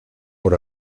por